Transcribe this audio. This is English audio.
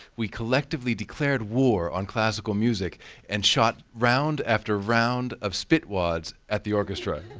we collectively declared war on classical music and shot round after round of spit wads at the orchestra.